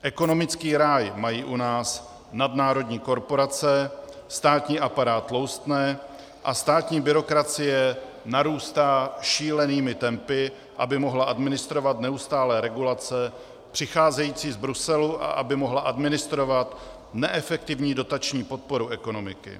Ekonomický ráj mají u nás nadnárodní korporace, státní aparát tloustne a státní byrokracie narůstá šílenými tempy, aby mohla administrovat neustálé regulace přicházející z Bruselu a aby mohla administrovat neefektivní dotační podporu ekonomiky.